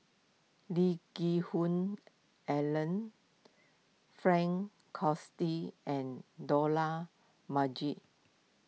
Lee Geck Hoon Ellen Frank and Dollah Majid